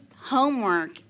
homework